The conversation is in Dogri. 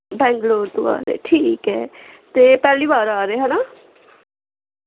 बैंगलोर तो आ दे ठीक ऐ ते पैह्ली बार आ दे है ना